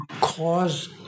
cause